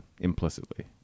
Implicitly